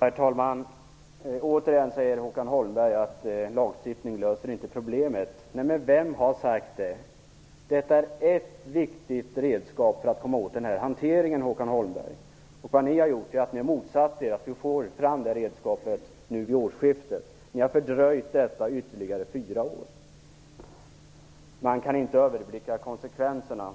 Herr talman! Återigen säger Håkan Holmberg att lagstiftning inte löser problemet. Vem har sagt det? Det är ett viktigt redskap för att komma åt den här hanteringen, Håkan Holmberg. Det ni har gjort är att ni motsatt er att vi får fram det redskapet nu vid årsskiftet. Ni har fördröjt detta ytterligare fyra år. Man kan inte överblicka konsekvenserna,